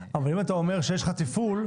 אבל אם אתה אומר שיש לך תפעול?